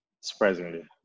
surprisingly